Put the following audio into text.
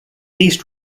east